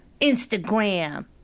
Instagram